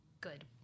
good